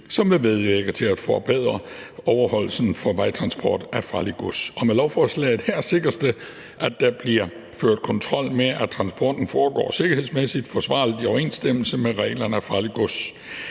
som vil medvirke til at forbedre overholdelsen af reglerne for vejtransport af farligt gods. Med lovforslaget her sikres det, at der bliver ført kontrol med, at transporten foregår sikkerhedsmæssigt forsvarligt i overensstemmelse med reglerne for